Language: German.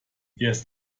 erst